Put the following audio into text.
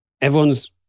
everyone's